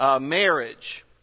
marriage